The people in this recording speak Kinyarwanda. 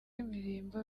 imirimbo